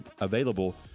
available